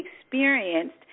experienced